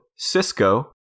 Cisco